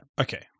Okay